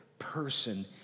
Person